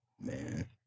Man